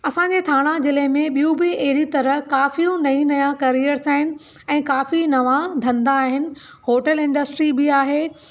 असांजे ठाणा जिले मे ॿियूं बि अहिड़ी तरहं काफियूं नयूं नया कैरियर्स आहिनि ऐं काफी नवा धंदा आहिनि होटल इंडस्ट्री बि आहे